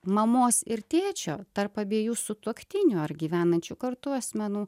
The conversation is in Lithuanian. mamos ir tėčio tarp abiejų sutuoktinių ar gyvenančių kartu asmenų